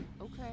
Okay